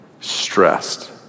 stressed